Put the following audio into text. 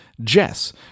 Jess